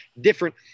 different